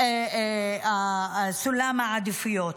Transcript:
סולם העדיפויות.